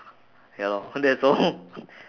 ya lor that's all